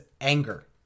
anger